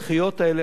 או לשכתו,